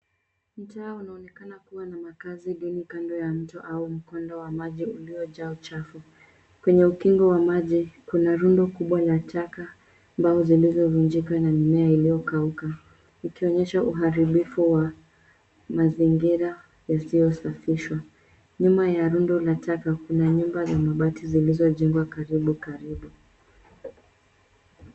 Mtaa unaonekana kuwa na makazi duni kando ya mto au mkondo wa maji uliojaa chafu. Kwenye ukingo wa maji kuna rundo kubwa la taka, mbao zilizovunjika na mimea ikiyokauka; ikionyesha uharibifu wa mazingira yasiyosafishwa. Nyuma ya rundo la taka, kuna nyumba za mabati zilizojengwa karibu karibu.